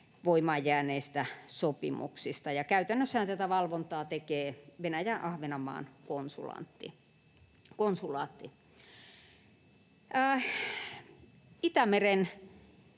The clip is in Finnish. voimaan jääneistä sopimuksista, ja käytännössähän tätä valvontaa tekee Venäjän Ahvenanmaan konsulaatti. Itämeren